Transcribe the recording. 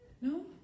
No